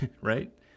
right